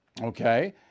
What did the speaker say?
okay